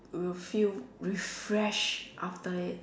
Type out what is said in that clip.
you will feel refreshed after it